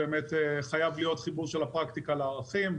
חייב להיות חיבור של הפרקטיקה לערכים,